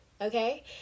okay